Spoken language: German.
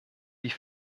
die